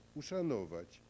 uszanować